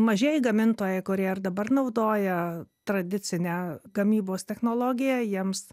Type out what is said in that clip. mažieji gamintojai kurie ir dabar naudoja tradicinę gamybos technologiją jiems